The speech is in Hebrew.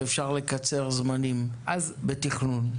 שאפשר לקצר זמנים בתכנון.